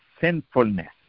sinfulness